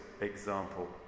example